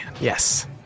Yes